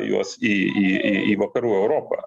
juos į į į į vakarų europą